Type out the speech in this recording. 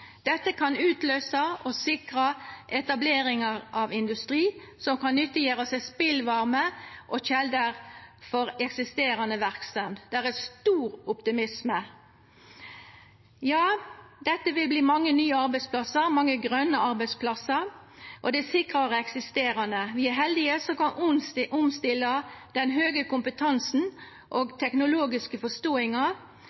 Dette kan utløysa og sikra etableringar av industri som kan nyttiggjera seg spillvarme og kjelder for eksisterande verksemd. Det er stor optimisme. Ja, dette vil verta mange nye arbeidsplassar, mange grøne arbeidsplassar, og det sikrar eksisterande. Vi er heldige som kan omstilla den høge kompetansen